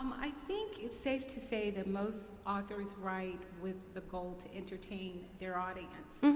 um i think it's safe to say that most authors write with the goal to entertain their audience.